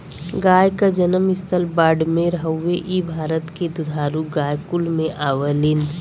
गाय क जनम स्थल बाड़मेर हउवे इ भारत के दुधारू गाय कुल में आवलीन